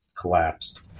collapsed